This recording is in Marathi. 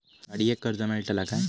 गाडयेक कर्ज मेलतला काय?